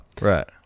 right